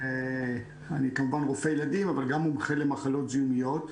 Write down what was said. אני כמובן רופא ילדים אבל גם מומחה למחלות זיהומיות.